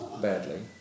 badly